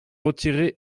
retirerai